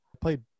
Played